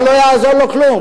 אבל לא יעזור לו כלום,